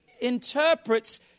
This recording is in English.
interprets